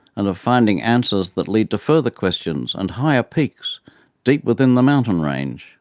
and of finding answers that lead to further questions and higher peaks deep within the mountain range.